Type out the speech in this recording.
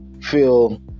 feel